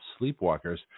sleepwalkers